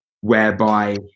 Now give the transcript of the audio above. whereby